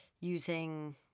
using